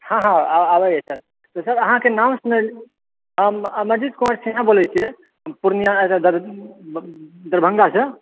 हँ हँ आबैए सर तऽ सर अहाँकेँ नाम सुनलिऐ हम अमरजीत कुमार सिन्हा बोलै छिऐ पूर्णिया दरभङ्गासँ